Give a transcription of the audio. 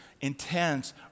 intense